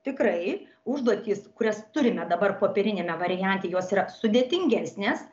tikrai užduotys kurias turime dabar popieriniame variante jos yra sudėtingesnės